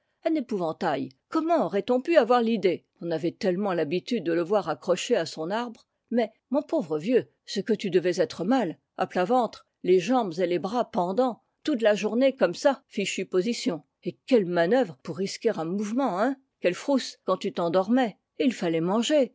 un épouvantail comment aurait-on pu avoir l'idée on avait tellement l'habitude de le voir accroché à son arbre mais mon pauvre vieux ce que tu devais être mal à plat ventre les jambes et les bras pendants toute la journée comme ça fichue position et quelles manœuvres pour risquer un mouvement hein quelle frousse quand tu t'endormais et il fallait manger